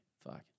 Fuck